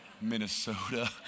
Minnesota